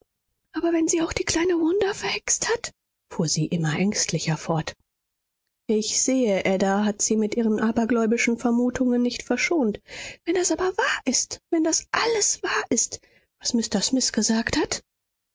aber wenn sie auch die kleine wanda verhext hat fuhr sie immer ängstlicher fort ich sehe ada hat sie mit ihren abergläubischen vermutungen nicht verschont wenn das aber wahr ist wenn das alles wahr ist was mr smith gesagt hat